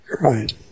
right